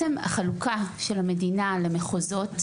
החלוקה של המדינה למחוזות: